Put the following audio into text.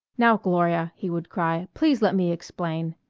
now, gloria, he would cry, please let me explain!